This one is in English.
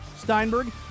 Steinberg